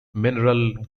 mineral